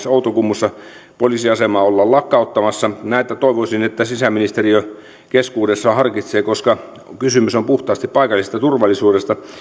outokummussa poliisiasemaa ollaan lakkauttamassa näistä toivoisin että sisäministeriö keskuudessaan harkitsee koska kysymys on puhtaasti paikallisesta turvallisuudesta